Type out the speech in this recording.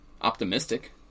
optimistic